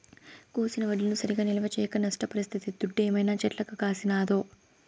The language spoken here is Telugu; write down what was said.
కోసిన వడ్లను సరిగా నిల్వ చేయక నష్టపరిస్తిది దుడ్డేమైనా చెట్లకు కాసినాదో